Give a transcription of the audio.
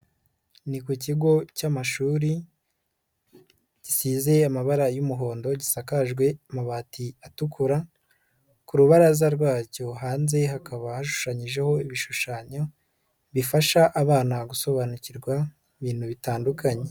Ni ku kigo cy'amashuri, gisize amabara y'umuhondo, gisakajwe amabati atukura, ku rubaraza rwacyo hanze hakaba hashushanyijeho ibishushanyo, bifasha abana gusobanukirwa ibintu bitandukanye.